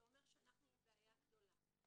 זה אומר שאנחנו בבעיה גדולה.